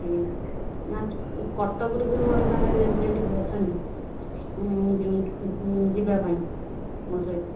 ଆଜ୍ଞା ନା କଟକରୁ ବି ମୋ'ର ଜଣେ ରିଲେଟିଭ ଅଛନ୍ତି ଯେଉଁ ଯିବା ପାଇଁ ମୋ' ସହିତ